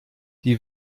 die